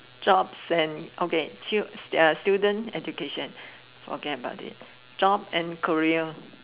jobs and okay stu~ there are student education forget about it job and career